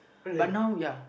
but now ya